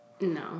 No